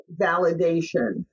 validation